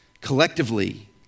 collectively